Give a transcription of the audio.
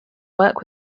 work